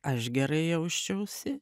aš gerai jausčiausi